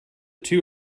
two